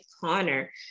Connor